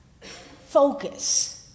focus